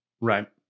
Right